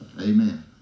Amen